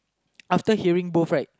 after hearing both right